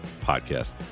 Podcast